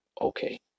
Okay